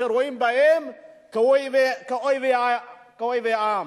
שרואים בהם אויבי העם.